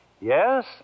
Yes